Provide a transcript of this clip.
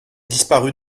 disparut